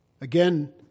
Again